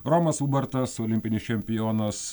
romas ubartas olimpinis čempionas